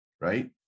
right